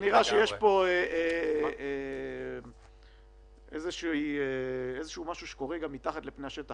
נראה שיש פה איזה משהו שקורה מתחת לפני השטח.